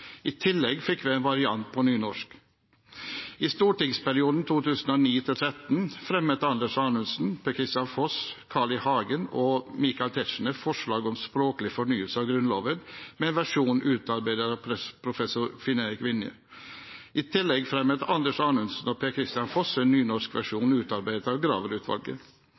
I tillegg fikk vi en variant på nynorsk. I stortingsperioden 2009–2013 fremmet Anders Anundsen, Per-Kristian Foss, Carl I. Hagen og Michael Tetzschner forslag om språklig fornyelse av Grunnloven med en versjon utarbeidet av professor Finn-Erik Vinje. I tillegg fremmet Anders Anundsen og Per-Kristian Foss en nynorsk versjon utarbeidet av